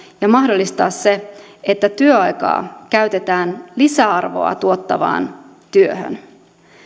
ja mahdollistaa se että työaikaa käytetään lisäarvoa tuottavaan työhön